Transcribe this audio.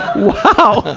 wow!